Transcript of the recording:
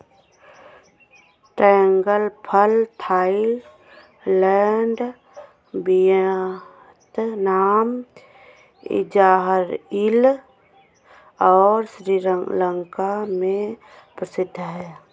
dragon फल Thailand, Vietnam, Israel और श्रीलंका में प्रसिद्ध है